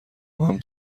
ماهم